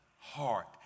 heart